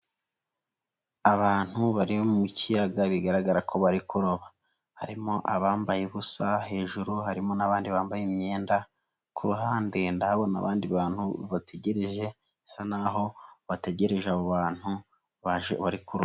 Abantu bari mu kiyaga bigaragara ko bari kuroba, harimo abambaye ubusa hejuru, harimo n'abandi bambaye imyenda; ku ruhande ndabona abandi bantu bategereje bisa n'aho bategereje abo abantu baje bari kuroba.